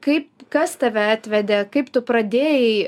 kaip kas tave atvedė kaip tu pradėjai